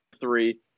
three